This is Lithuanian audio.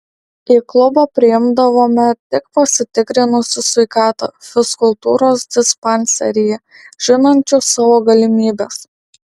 į klubą priimdavome tik pasitikrinusius sveikatą fizkultūros dispanseryje žinančius savo galimybes